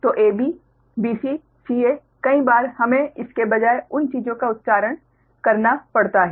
तो AB BC CA कई बार हमें इसके बजाय उन चीजों का उच्चारण करना पड़ता है